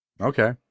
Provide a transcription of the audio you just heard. Okay